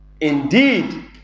Indeed